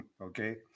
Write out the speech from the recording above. okay